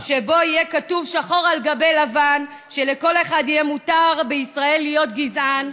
שיהיה כתוב שחור על גבי לבן שלכל אחד בישראל יהיה מותר להיות גזען.